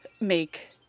make